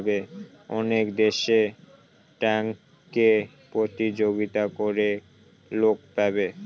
অনেক দেশে ট্যাক্সে প্রতিযোগিতা করে লোক পাবে